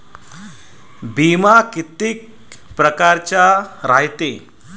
बिमा कितीक परकारचा रायते?